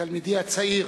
תלמידי הצעיר,